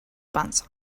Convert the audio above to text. panza